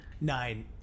nine